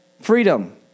freedom